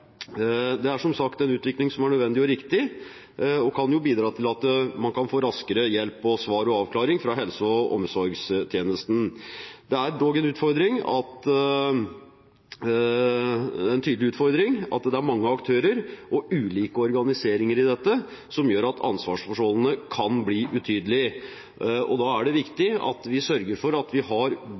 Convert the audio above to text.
Det er, som sagt, en utvikling som er nødvendig og riktig og kan bidra til at man kan få raskere hjelp, svar og avklaring fra helse- og omsorgstjenesten. Det er dog en tydelig utfordring at det er mange aktører og ulike organiseringer i dette, som gjør at ansvarsforholdene kan bli utydelige, og da er det viktig at vi sørger for at vi har